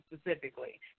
specifically